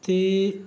ਅਤੇ